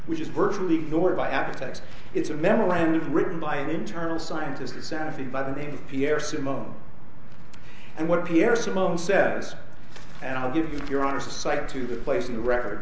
which is virtually ignored by apple techs it's a memorandum written by an internal scientist at santa fe by the name of pierre simone and what pierre simone says and i'll give you your honest side to that place in the record